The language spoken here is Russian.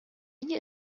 они